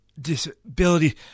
disability